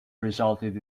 resulted